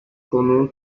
konuğu